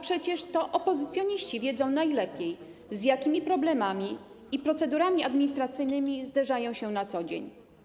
Przecież opozycjoniści wiedzą najlepiej, z jakimi problemami i procedurami administracyjnymi zderzają się na co dzień.